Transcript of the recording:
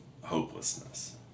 hopelessness